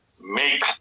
make